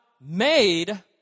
made